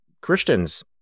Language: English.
Christians